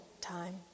time